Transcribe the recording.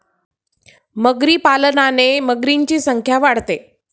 मगरी पालनाने मगरींची संख्या वाढते